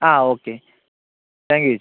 ആ okay thank you ചേച്ചി